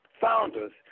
founders